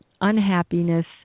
unhappiness